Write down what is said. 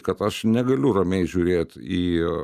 kad aš negaliu ramiai žiūrėt į